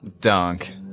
dunk